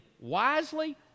wisely